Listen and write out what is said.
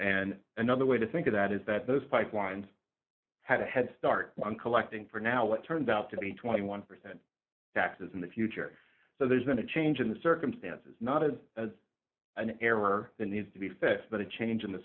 and another way to think of that is that those pipelines had a head start on collecting for now it turns out to be twenty one percent taxes in the future so there's been a change in the circumstances not as as an error that needs to be fixed but a change in the